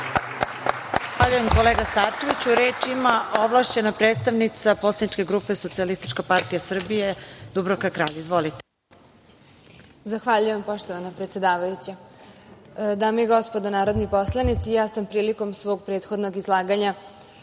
Zahvaljujem, kolega Starčeviću. Reč ima ovlašćena predstavnica poslaničke grupe SPS, Dubravka Kralj. Izvolite. **Dubravka Kralj** Zahvaljujem poštovana predsedavajuća. Dame i gospodo narodni poslanici, ja sam prilikom svog prethodnog izlaganja